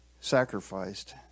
sacrificed